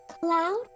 Cloud